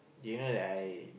did you know that I